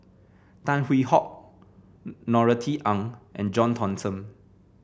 Tan Hwee Hock Norothy Ng and John Thomson